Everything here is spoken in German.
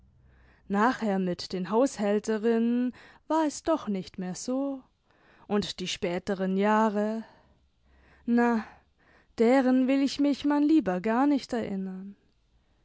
nachher mit den haushälterinnen war es doch nicht mehr so und die späteren jahre na deren will ich mi h man lieber gar nicht erinnern